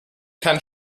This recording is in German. kann